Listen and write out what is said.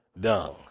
dung